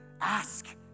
ask